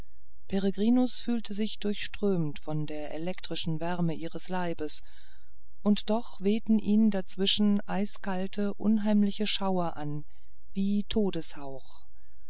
peregrinus fühlte sich durchströmt von der elektrischen wärme ihres leibes und doch wehten ihn dazwischen eiskalte unheimliche schauer an wie